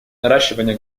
наращивание